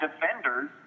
defenders